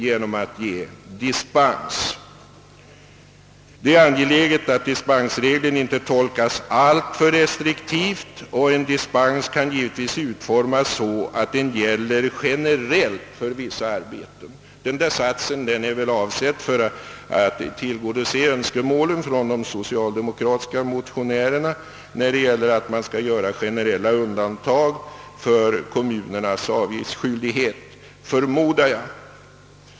Man framhåller vidare, att det är angeläget att dispensregeln inte tolkas alltför restriktivt och menar att en dispens givetvis kan utformas så att den generellt gäller för vissa arbeten. Denna mening är väl avsedd att tillgodose de socialdemokratiska motionärernas önskemål om generella undantag för kommunernas avgiftsskyldighet, förmodar jag.